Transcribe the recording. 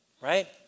right